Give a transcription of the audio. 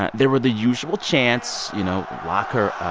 there were the usual chants you know, lock her up